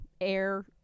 air